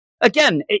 Again